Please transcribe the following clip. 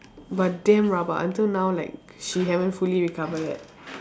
but damn rabak until now like she haven't fully recover yet